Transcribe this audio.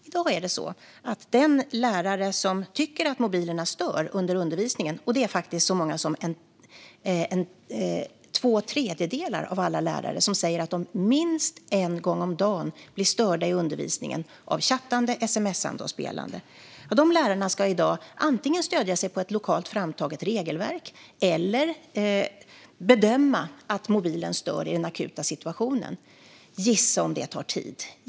I dag är det så att de lärare som tycker att mobilerna stör undervisningen - det är faktiskt så många som två tredjedelar av alla lärare som säger att de minst en gång om dagen blir störda i undervisningen av chattande, sms:ande och spelande - antingen ska stödja sig på ett lokalt framtaget regelverk eller bedöma att mobilen stör i den akuta situationen. Gissa om det tar tid!